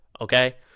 Okay